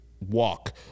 walk